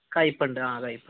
കയ്പ്പുണ്ട് ആഹ് കയ്പ്പുണ്ട്